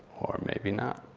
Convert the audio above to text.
or maybe not.